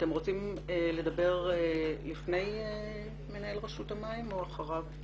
אתם רוצים לדבר לפני מנהל רשות המים או אחריו?